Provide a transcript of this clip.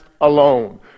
alone